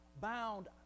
bound